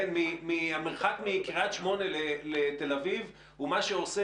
המרחק מקריית שמונה מתל אביב הוא מה שעושה